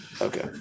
Okay